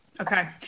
Okay